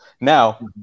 Now